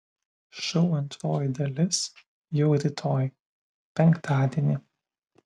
šou antroji dalis jau rytoj penktadienį